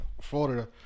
Florida